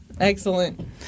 Excellent